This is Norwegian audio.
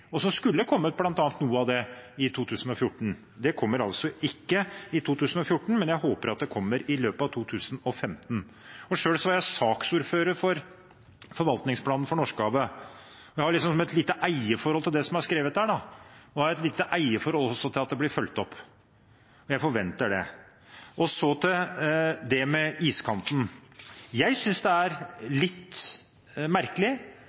og så skulle noe av det ha kommet i 2014. Det kom altså ikke i 2014, men jeg håper at det kommer i løpet av 2015. Selv var jeg saksordfører for forvaltningsplanen for Norskehavet. Jeg har liksom et lite eierforhold til det som er skrevet der, og jeg har også et lite eierforhold til at det blir fulgt opp. Jeg forventer det. Så til det med iskanten. Jeg synes det er litt merkelig